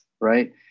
right